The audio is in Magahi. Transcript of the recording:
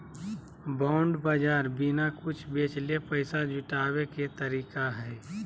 बॉन्ड बाज़ार बिना कुछ बेचले पैसा जुटाबे के तरीका हइ